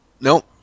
Nope